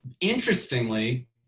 Interestingly